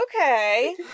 Okay